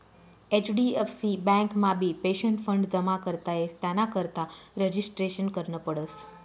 HDFC बँकमाबी pension fund जमा करता येस त्यानाकरता रजिस्ट्रेशन करनं पडस